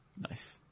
Nice